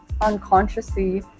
unconsciously